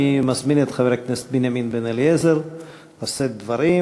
אני מזמין את חבר הכנסת בנימין בן-אליעזר לשאת דברים.